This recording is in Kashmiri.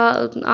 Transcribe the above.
آ